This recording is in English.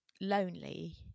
lonely